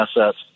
assets